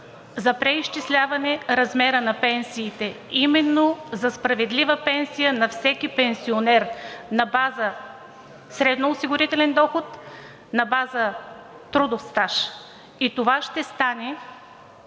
за преизчисляване размера на пенсиите, именно за справедлива пенсия на всеки пенсионер на база средноосигурителен доход, на база трудов стаж. И това ще стане,